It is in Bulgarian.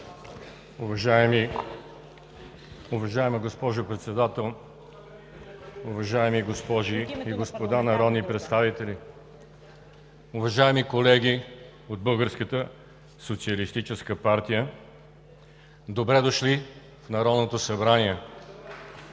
(ГЕРБ): Уважаема госпожо Председател, уважаеми госпожи и господа народни представители! Уважаеми колеги от Българската социалистическа партия, добре дошли в Народното събрание!